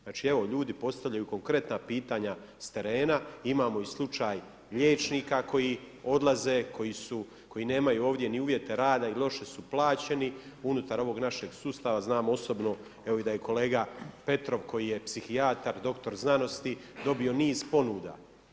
Znači, evo ljudi postavljaju konkretna pitanja s terena, imamo i slučaj liječnika koji odlaze, koji su, koji nemaju ovdje ni uvjete rada i loše su plaćeni, unutar ovog našeg sustava, znam osobno, da je kolega Petrov, koji je psihijatar, doktor znanosti dobio niz ponuda.